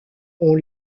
ont